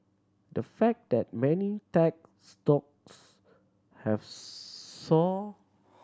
the fact that many tech stocks have soared